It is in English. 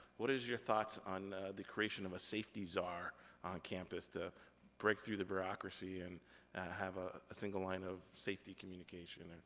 what is your thoughts on the creation of a safety czar on campus to break through the bureaucracy and have ah a single line of safety communication?